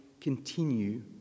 continue